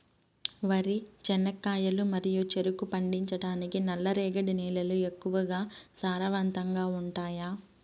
వరి, చెనక్కాయలు మరియు చెరుకు పండించటానికి నల్లరేగడి నేలలు ఎక్కువగా సారవంతంగా ఉంటాయా?